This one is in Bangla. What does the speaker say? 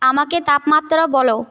আমাকে তাপমাত্রা বলো